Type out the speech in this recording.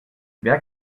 wer